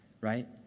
right